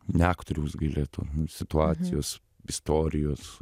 ne aktoriaus gailėt situacijos istorijos